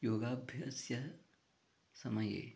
योगाभ्यासस्य समये